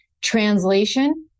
translation